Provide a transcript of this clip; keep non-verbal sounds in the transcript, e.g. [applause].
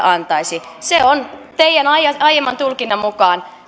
[unintelligible] antaisi se on teidän aiemman tulkintanne mukaan